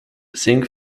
zinc